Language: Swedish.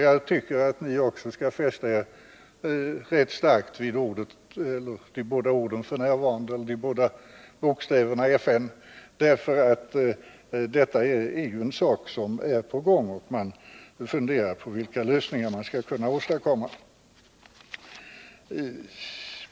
Jag tycker att ni också rätt starkt skall fästa er vid att vi skriver f. n., för detta är ju en sak som är på gång, och man funderar på vilka lösningar man skall kunna åstadkomma.